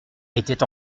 était